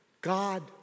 God